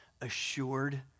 assured